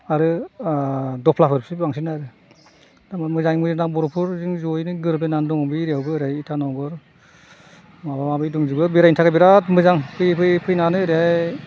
आरो दप्लाफोरसो बांसिन आरो तारमाने मोजां मोजां दा बर'फोर जों ज'यौनो गोरोबलायनानै दङ बे एरियाआवबो आरै इटानगर माबा माबि दंजोबो बेरायनो थाखाय बिराद मोजां फैयै फैयै फैनानै ओरैहाय